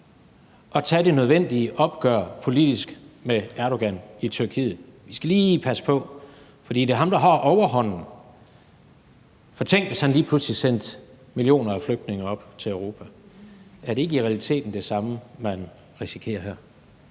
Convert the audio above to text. politisk nødvendige opgør med Erdogan i Tyrkiet. Vi skal lige passe på, for det er ham, der har overhånden, for tænk hvis han lige pludselig sendte millioner af flygtninge op til Europa. Er det ikke i realiteten det samme, man risikerer her?